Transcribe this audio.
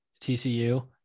TCU